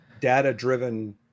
data-driven